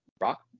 rock